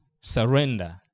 surrender